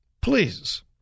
please